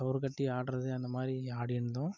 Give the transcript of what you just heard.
கயிறு கட்டி ஆடுறது அந்த மாதிரி ஆடிருந்தோம் அதுக்கப்புறம்